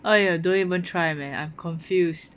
!aiya! don't even try man I'm confused